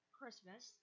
Christmas